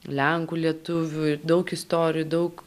lenkų lietuvių daug istorijų daug